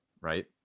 Right